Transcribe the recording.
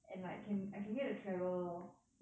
and like can I can get to travel lor